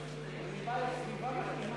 מצביע יובל